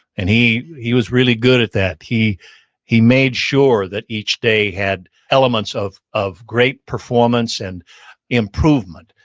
and he he was really good at that, he he made sure that each day had elements of of great performance and improvement.